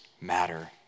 matter